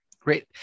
great